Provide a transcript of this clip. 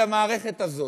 ולמערכת הזאת,